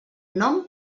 nom